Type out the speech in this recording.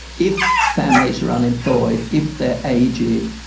if families are unemployed, if they're aged,